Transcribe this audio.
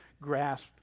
grasp